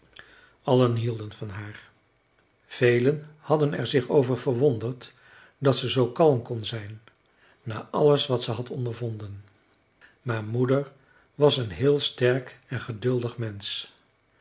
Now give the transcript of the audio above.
allen hielden van haar velen hadden er zich over verwonderd dat ze zoo kalm kon zijn na alles wat ze had ondervonden maar moeder was een heel sterk en geduldig mensch